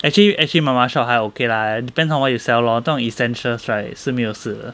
actually actually mama shop 还 okay lah depends on what you sell lor 那种 essentials right 是没有事的